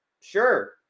Sure